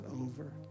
over